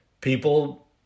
people